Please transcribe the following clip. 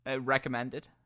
Recommended